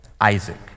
Isaac